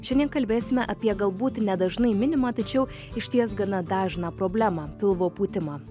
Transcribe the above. šiandien kalbėsime apie galbūt nedažnai minimą tačiau išties gana dažną problemą pilvo pūtimą